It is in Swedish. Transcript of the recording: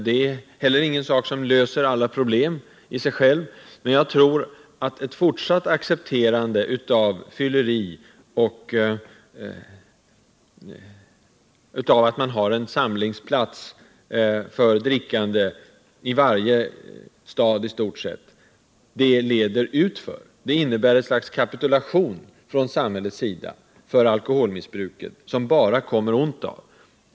Det är inte någon åtgärd som löser alla problem, men jag tror att ett fortsatt accepterande av att det finns en samlingsplats för drickande i varje stad kommer att leda utför. Det innebär en kapitulation från samhällets sida inför alkoholmissbruket som det bara kommer ont av.